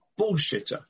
bullshitter